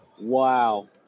Wow